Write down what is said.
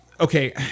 Okay